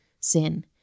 sin